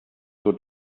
taux